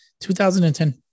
2010